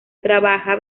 trabaja